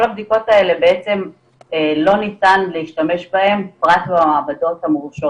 כל הבדיקות האלה בעצם לא ניתן להשתמש בהן פרט למעבדות המורשות